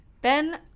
Ben